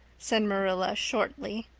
said marilla shortly.